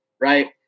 right